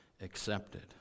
accepted